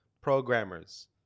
programmers